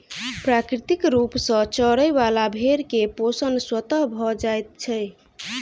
प्राकृतिक रूप सॅ चरय बला भेंड़ के पोषण स्वतः भ जाइत छै